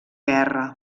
guerra